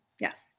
Yes